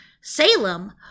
Salem